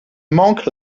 monk